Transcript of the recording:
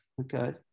okay